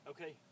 Okay